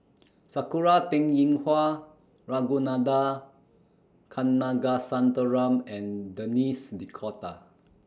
Sakura Teng Ying Hua Ragunathar Kanagasuntheram and Denis D'Cotta